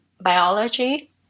biology